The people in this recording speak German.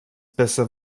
besser